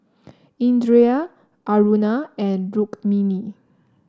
Indira Aruna and Rukmini